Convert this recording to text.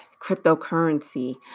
cryptocurrency